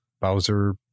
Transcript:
Bowser